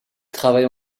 travaille